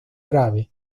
grave